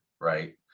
right